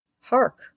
Hark